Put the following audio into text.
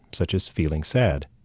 such as feeling sad,